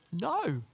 No